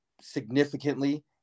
significantly